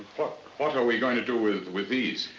what. what are we going to do with, with these?